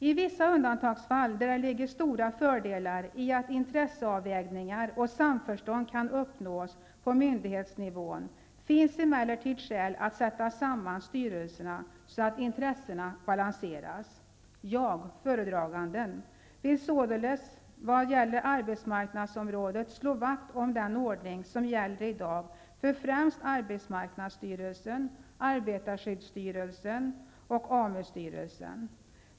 ''I vissa undantagsfall, där det ligger stora fördelar i att intresseavvägningar och samförstånd kan uppnås på myndighetsnivån, finns emellertid skäl att sätta samman styrelserna så att intressena balanseras. Jag vill således vad gäller arbetsmarknadsområdet slå vakt om den ordning som gäller i dag för främst arbetsmarknadsstyrelsen, arbetarskyddsstyrelsen och AMU-styrelsen.